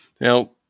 Now